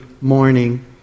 morning